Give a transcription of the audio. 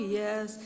yes